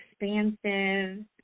expansive